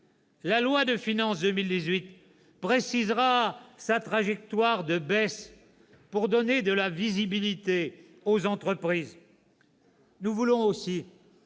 La loi de finances pour 2018 précisera sa trajectoire de baisse, pour donner de la visibilité aux entreprises. « Nous voulons aussi